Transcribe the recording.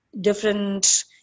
different